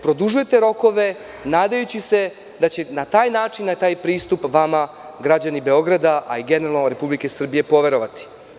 Produžujete rokove nadajući se da će na taj način, na taj pristup vama građani Beograda, a i generalno Republike Srbije poverovati.